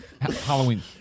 Halloween